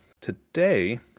today